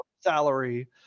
salary